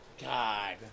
God